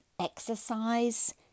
exercise